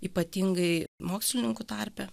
ypatingai mokslininkų tarpe